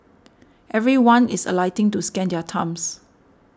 everyone is alighting to scan their thumbs